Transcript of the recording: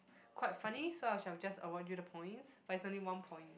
quite funny so I shall just award you the points but it's only one point